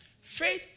Faith